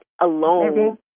alone